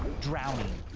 drowning.